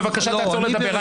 בבקשה, תעצור מלדבר.